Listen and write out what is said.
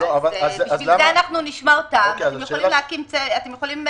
--- לשם כך אנחנו נשמע אותם, אתם יכולים,